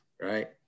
right